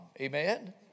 Amen